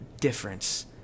difference